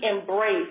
embrace